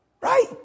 Right